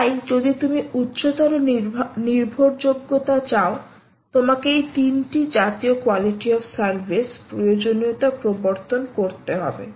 তাই যদি তুমি উচ্চতর নির্ভরযোগ্যতা চাও তোমাকে এই তিনটি জাতীয় কোয়ালিটি অফ সার্ভিস প্রয়োজনীয়তা প্রবর্তন করতে হবে